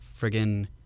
friggin